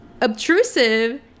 obtrusive